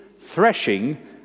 threshing